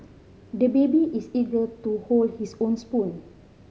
the baby is eager to hold his own spoon